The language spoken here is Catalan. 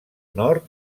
nord